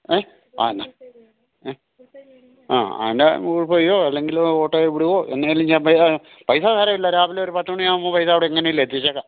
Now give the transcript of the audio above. ഏ ആ എന്നാൽ ഏ ആ അതിന്റെ ഗൂഗിൾ പേയോ അല്ലെങ്കിൽ ഓട്ടോയിൽ വിടുമോ എങ്ങനേലും ഞാന് പൈസ പൈസ സാരവില്ല രാവിലെ ഒരു പത്തുമണി ആകുമ്പോൾ പൈസ അവിടെ എങ്ങനെ എങ്കിലും എത്തിച്ചേക്കാം